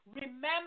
remember